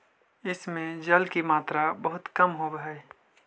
इस में जल की मात्रा बहुत कम होवअ हई